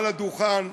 מעל הדוכן,